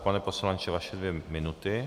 Pane poslanče, vaše dvě minuty.